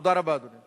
תודה רבה, אדוני.